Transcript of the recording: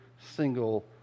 single